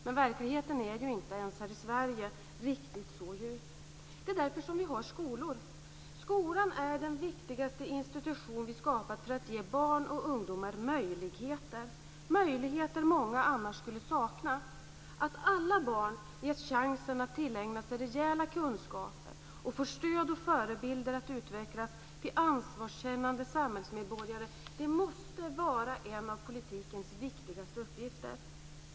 Men verkligheten är inte ens här i Sverige riktigt så ljus. Det är därför vi har skolor. Skolan är den viktigaste institution vi har skapat för att ge barn och ungdomar möjligheter, sådana möjligheter som många annars skulle sakna. Att alla barn ges chansen att tillägna sig rejäla kunskaper och får stöd och förebilder för att utvecklas till ansvarskännande samhällsmedborgare måste vara en av politikens viktigaste uppgifter.